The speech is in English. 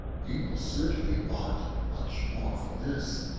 you will certainly want much more for this,